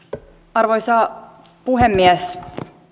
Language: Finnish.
arvoisa puhemies